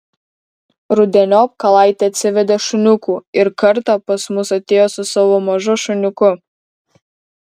rudeniop kalaitė atsivedė šuniukų ir kartą pas mus atėjo su savo mažu šuniuku